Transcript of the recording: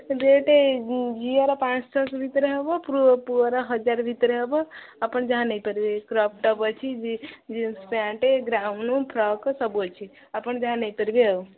rate ଝିଅର ପାଁଶହ ଛଅଶହ ଭିତରେ ହେବ ପୁଅର ହଜାରେ ଭିତରେ ହେବ ଆପଣ ଯାହା ନେଇପାରିବେ କ୍ରପ୍ ଟପ୍ ଅଛି ଜିନ୍ସ ପ୍ୟାଣ୍ଟ୍ ଗାଉନ୍ ଫ୍ରକ୍ ସବୁ ଅଛି ଆପଣ ଯାହା ନେଇପାରିବେ ଆଉ